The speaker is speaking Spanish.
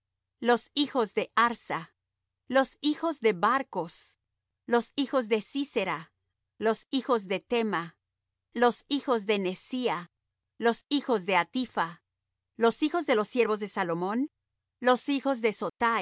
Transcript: los hijos de harsa los hijos de barcos los hijos de sísera los hijos de tema los hijos de nesía los hijos de hatipha los hijos de los siervos de salomón los hijos de sotai